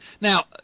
Now